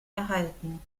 erhalten